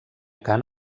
cant